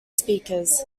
speakers